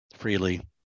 freely